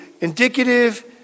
Indicative